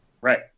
Right